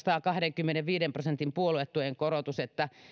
tämä kahdenkymmenenviiden prosentin puoluetuen korotus on kyllä kylmää